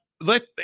let